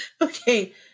Okay